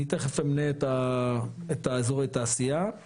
אני תיכף אמנה את האזורי תעשיה.